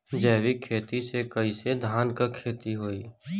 जैविक खेती से कईसे धान क खेती होई?